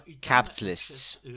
capitalists